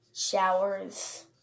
showers